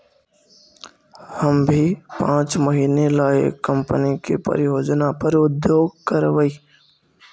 हम भी पाँच महीने ला एक कंपनी की परियोजना पर उद्योग करवई